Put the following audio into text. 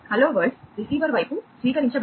hello world receiver వైపు స్వీకరించబడింది